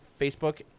Facebook